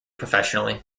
professionally